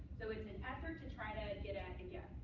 so it's an effort to try to get a again,